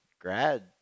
grad